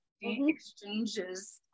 exchanges